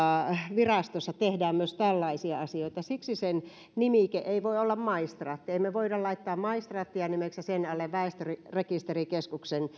virastossa tehdään myös tällaisia asioita siksi sen nimike ei voi olla maistraatti ei voida laittaa maistraattia nimeksi ja sen alle väestörekisterikeskuksen